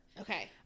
Okay